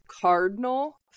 cardinal